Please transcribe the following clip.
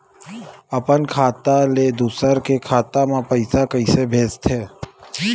अपन खाता ले दुसर के खाता मा पईसा कइसे भेजथे?